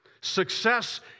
Success